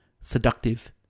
Seductive